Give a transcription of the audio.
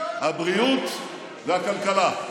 הבריאות והכלכלה.